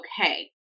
okay